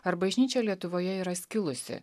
ar bažnyčia lietuvoje yra skilusi